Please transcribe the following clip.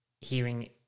hearing